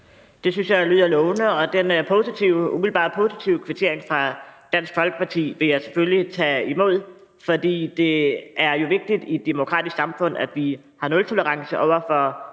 Det synes jeg jo lyder lovende. Og den her umiddelbart positive kvittering fra Dansk Folkeparti vil jeg selvfølgelig tage imod, for det er jo vigtigt i et demokratisk samfund, at vi har en nultolerance over for